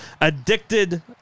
Addicted